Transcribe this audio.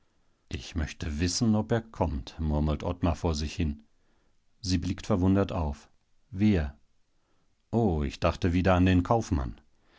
ich möchte wissen ob er kommt murmelt ottmar vor sich hin sie blickt verwundert auf wer o ich dachte wieder an den kaufmann